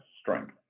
strength